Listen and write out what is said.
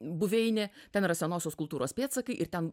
buveinė ten yra senosios kultūros pėdsakai ir ten